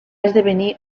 esdevenir